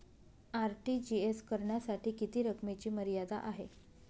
RTGS करण्यासाठी किती रकमेची मर्यादा आहे?